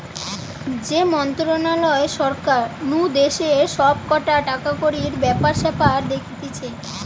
যে মন্ত্রণালয় সরকার নু দেশের সব কটা টাকাকড়ির ব্যাপার স্যাপার দেখতিছে